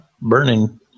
burning